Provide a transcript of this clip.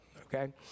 okay